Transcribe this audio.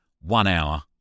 one-hour